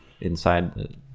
inside